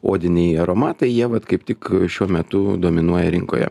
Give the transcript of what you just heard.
odiniai aromatai jie vat kaip tik šiuo metu dominuoja rinkoje